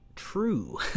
true